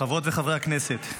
חברות וחברי הכנסת.